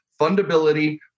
Fundability